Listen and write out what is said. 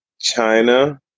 China